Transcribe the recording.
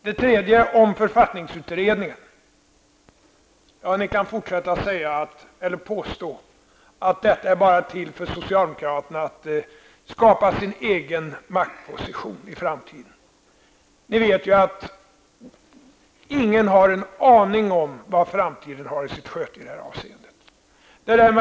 Ni kan fortsätta att påstå att detta med författningsutredningen bara är till för att socialdemokraterna skall kunna skapa sin egen maktposition i framtiden. Vi vet ju att ingen har någon aning om vad framtiden har i sitt sköte i detta avseende.